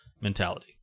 mentality